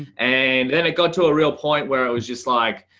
and then it got to a real point where i was just like,